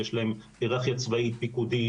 שיש להם היררכיה צבאית פיקודית,